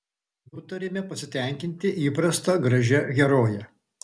nutarėme pasitenkinti įprasta gražia heroje